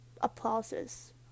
applauses